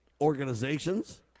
organizations